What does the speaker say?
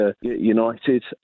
United